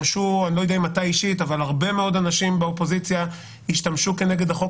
הרבה אנשים באופוזיציה השתמשו כנגד החוק